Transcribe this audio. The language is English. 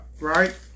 right